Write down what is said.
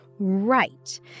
Right